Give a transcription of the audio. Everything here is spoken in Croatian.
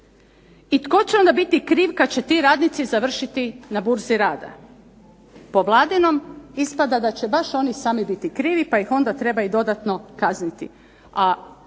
i tko će onda biti kriv kada će ti radnici završiti na burzi rada? Po vladinom ispada da će oni sami biti krivi, pa ih onda treba i dodatno kazniti.